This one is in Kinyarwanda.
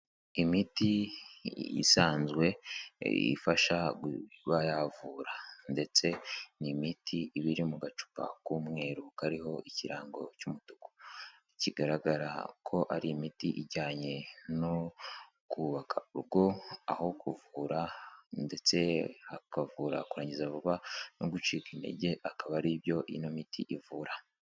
Imiti isanzwe ifasha kuba yavura. Ndetse ni imiti iba iri mu gacupa k'umweru kariho ikirango cy'umutuku. Kigaragara ko ari imiti ijyanye no kubaka urugo aho kuvura ndetse hakavura kurangiza vuba no gucika intege akaba aribyo ino miti ivura.